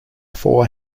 four